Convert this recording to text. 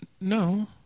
No